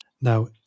Now